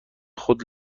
خود